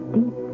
Deep